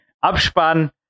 Abspann